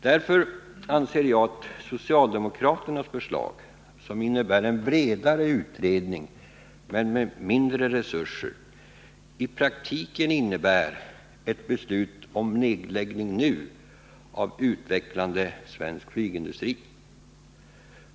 Därför anser jag att socialdemokraternas förslag, som innebär en bredare utredning men med mindre resurser, i praktiken betyder ett beslut om nedläggning nu av utvecklande svensk flygindustri.